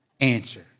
answer